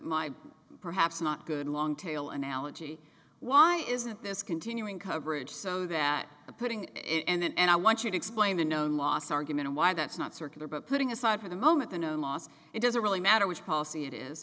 the perhaps not good long tail analogy why isn't this continuing coverage so that the putting it and i want you to explain the known loss argument of why that's not circular but putting aside for the moment the no loss it doesn't really matter which policy it is